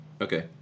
okay